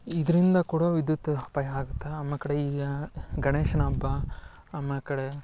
ಇದರಿಂದ ಕೂಡ ವಿದ್ಯುತ್ ಅಪಾಯ ಆಗುತ್ತೆ ಆಮೇಕಡೆ ಈಗ ಗಣೇಶನ ಹಬ್ಬ ಆಮೇಕಡೆ